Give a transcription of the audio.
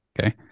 Okay